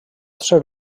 ser